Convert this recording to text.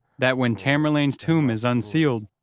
that when tamerlane's tomb is unsealed,